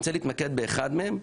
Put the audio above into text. אני רוצה להתמקד באחת מהם.